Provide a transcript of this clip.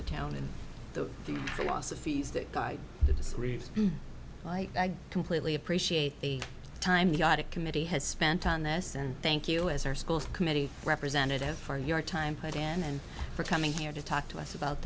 the town and the loss of fees that guy who disagrees i completely appreciate the time the audit committee has spent on this and thank you as our school committee representative for your time put in and for coming here to talk to us about